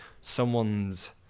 someone's